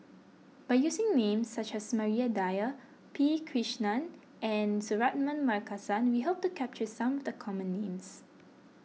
by using names such as Maria Dyer P Krishnan and Suratman Markasan we hope to capture some of the common names